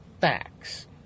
facts